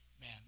man